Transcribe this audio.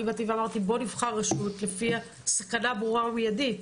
ואני אומרת שנבחר רשות לפי סכנה ברורה ומיידית.